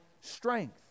strength